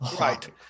Right